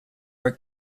were